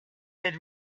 had